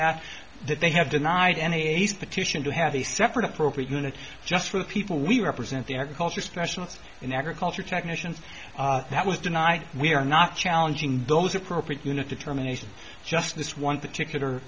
that that they have denied any ace petition to have a separate appropriate unit just for the people we represent the agriculture specialists in agriculture technicians that was denied we are not challenging those appropriate unit determinations just this one